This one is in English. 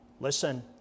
Listen